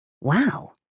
Wow